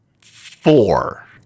Four